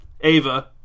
Ava